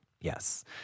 Yes